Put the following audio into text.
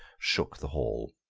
shook the hall.